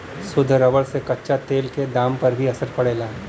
शुद्ध रबर से कच्चा तेल क दाम पर भी असर पड़ला